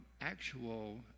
actual